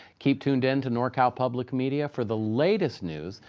keep tuned into nor cal public media for the latest news.